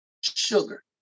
Sugar